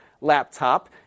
laptop